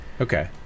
Okay